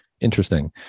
Interesting